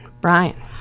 Brian